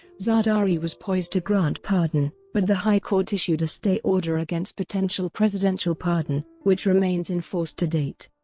zardari was poised to grant pardon, but the high court issued a stay order against potential presidential pardon, which remains in force to date.